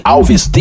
Alves